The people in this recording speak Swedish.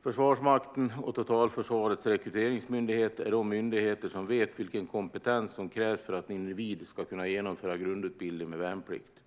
Försvarsmakten och Totalförsvarets rekryteringsmyndighet är de myndigheter som vet vilken kompetens som krävs för att en individ ska kunna genomföra grundutbildning med värnplikt.